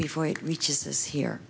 before it reaches us here